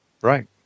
right